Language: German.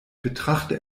betrachte